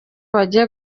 bagiye